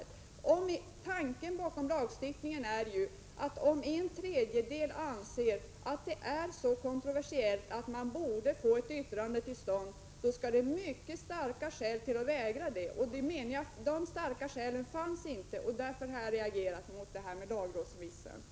Tanken bakom nämnda paragraf i riksdagsordningen är ju att om en tredjedel av ledamöterna i utskottet anser att den föreslagna lagstiftningen är så kontroversiell att man bör få till stånd ett yttrande från lagrådet, skall det mycket starka skäl till för en vägran. Vi anser att detta starka skäl inte finns. Därför har jag reagerat mot avsaknaden av lagrådsremiss.